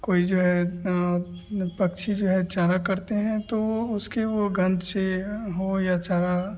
कोई जो है पक्षी जो है चारा करते हैं तो उसकी वह गंध से हो या चारा